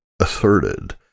asserted